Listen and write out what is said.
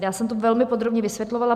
Já jsem to velmi podrobně vysvětlovala.